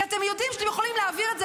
כי אתם יודעים שאתם יכולים להעביר את זה